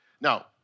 Now